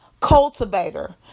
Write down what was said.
cultivator